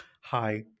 Hi